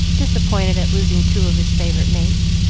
disappointed at losing two of his favorite mates.